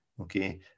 okay